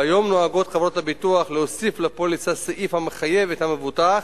כיום נוהגות חברות הביטוח להוסיף סעיף המחייב את המבוטח